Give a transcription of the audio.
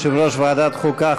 יושב-ראש ועדת החוקה,